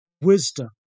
wisdom